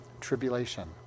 tribulation